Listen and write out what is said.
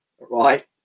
right